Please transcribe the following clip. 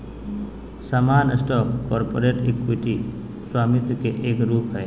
सामान्य stock corporate equity स्वामित्व के एक रूप हय